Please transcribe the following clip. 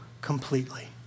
completely